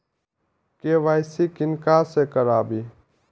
KYC किनका से कराबी?